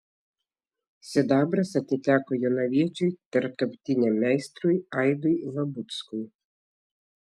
sidabras atiteko jonaviečiui tarptautiniam meistrui aidui labuckui